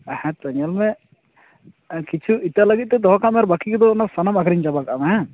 ᱦᱮᱸᱛᱚ ᱧᱮᱞᱢᱮ ᱠᱤᱪᱷᱩ ᱤᱛᱟᱹ ᱞᱟᱹᱜᱤᱫ ᱛᱮ ᱫᱚᱦᱚ ᱠᱟᱜ ᱢᱮ ᱟᱨ ᱵᱟᱹᱠᱤ ᱠᱚᱫᱚ ᱥᱟᱱᱟᱢ ᱟᱹᱠᱷᱨᱤᱧ ᱪᱟᱵᱟ ᱠᱟᱜ ᱢᱮ ᱦᱮᱸ